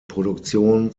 produktion